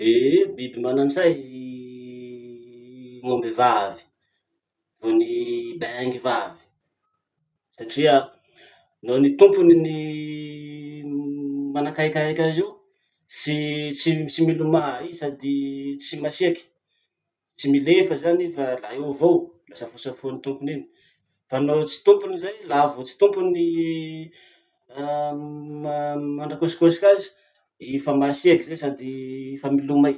Eh eh biby manantsay gn'aomby vavy vo gny bengy vavy satria no gny tompony ny manakaikaiky azy eo, tsy milomay i sady tsy masiaky. Tsy milefa zany i fa la eo avao, la safosafo tompony iny. Fa no tsy tompony zay, laha vo tsy tompony manakosikosiky azy, i fa masiaky zay sady fa milomay.